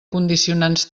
condicionants